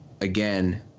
again